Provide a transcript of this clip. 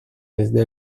desde